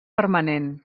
permanent